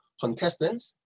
contestants